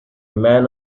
man